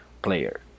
player